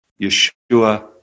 Yeshua